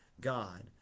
God